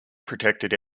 protected